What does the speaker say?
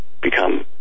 become